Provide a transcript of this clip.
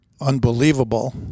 unbelievable